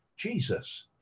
jesus